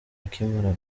akimara